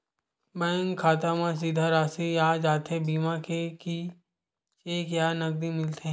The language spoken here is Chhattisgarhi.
बैंक खाता मा सीधा राशि आ जाथे बीमा के कि चेक या नकदी मिलथे?